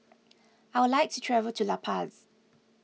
I would like to travel to La Paz